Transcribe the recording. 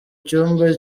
cyumba